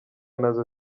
nazo